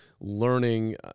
learning